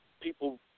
people